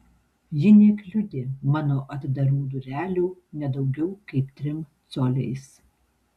ji nekliudė mano atdarų durelių ne daugiau kaip trim coliais